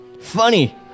Funny